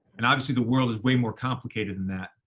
and obviously the world is way more complicated than that.